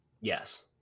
Yes